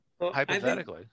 hypothetically